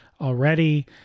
already